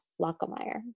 Lockemeyer